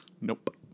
nope